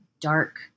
dark